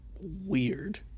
weird